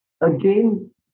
Again